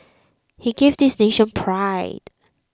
he gave this nation pride